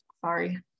Sorry